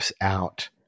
out